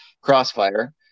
Crossfire